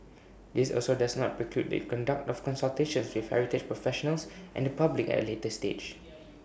this also does not preclude the conduct of consultations with heritage professionals and the public at A later stage